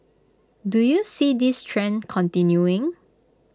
do you see this trend continuing